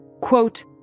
Quote